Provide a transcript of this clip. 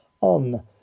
on